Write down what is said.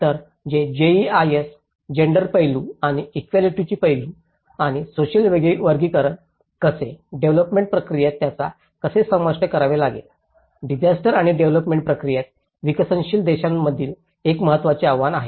तर हे GESI gender पैलू आणि इक्यालिटीचे पैलू आणि सोसिअल वर्गीकरण कसे डेव्हलोपमेंट प्रक्रियेत त्यांना कसे समाविष्ट करावे लागेल डिसास्टर आणि डेव्हलोपमेंट प्रक्रियेत विकसनशील देशांमधील एक महत्त्वाचे आव्हान आहे